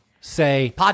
Say